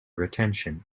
retention